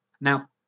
now